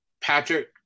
Patrick